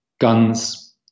guns